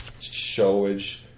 showage